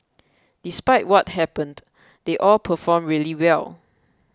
despite what happened they all performed really well